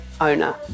owner